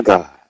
God